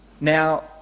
Now